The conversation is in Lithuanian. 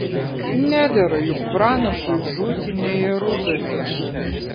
nedera juk pranašui žūti ne jeruzalėje